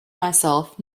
myself